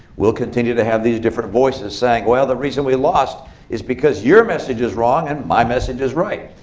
we'll continue to have these different voices saying, well, the reason we lost is because your message is wrong and my message is right.